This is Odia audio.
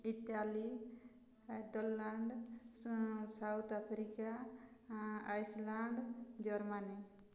Italy Netherland South Africa Iceland Germany